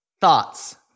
Thoughts